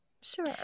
sure